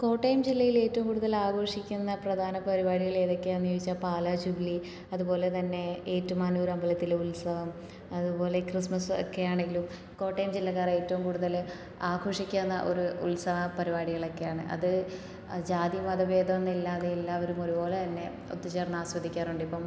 കോട്ടയം ജില്ലയിൽ ഏറ്റവും കൂടുതൽ ആഘോഷിക്കുന്ന പ്രധാന പരിപാടികൾ ഏതൊക്കെയാണെന്ന് ചോദിച്ചാൽ പാലാ ജൂബിലി അതുപോലെ തന്നെ ഏറ്റുമാനൂർ അമ്പലത്തിലെ ഉത്സവം അതുപോലെ ക്രിസ്മസും ഒക്കെ ആണെങ്കിലും കോട്ടയം ജില്ലക്കാർ ഏറ്റവും കൂടുതൽ ആഘോഷിക്കുന്ന ഒരു ഉത്സവ പരിപാടികളൊക്കെയാണ് അത് ജാതിമതഭേദമെന്നില്ലാതെ എല്ലാവരും ഒരുപോലെ തന്നെ ഒത്തു ചേർന്ന് ആസ്വദിക്കാറുണ്ട് ഇപ്പം